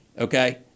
okay